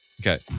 Okay